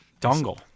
dongle